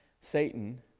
Satan